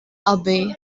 abbey